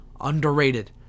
underrated